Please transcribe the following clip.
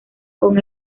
con